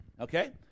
Okay